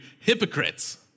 hypocrites